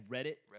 Reddit